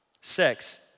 sex